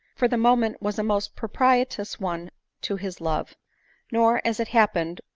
for the moment was a most propitious one to his love nor, as it happened,